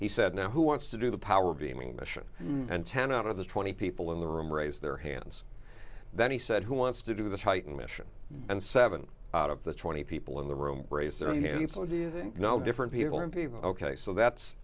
he said now who wants to do the power beaming mission and ten out of the twenty people in the room raise their hands that he said who wants to do the titan mission and seven out of the twenty people in the room raised their hand slowly then you know different people and people ok so that's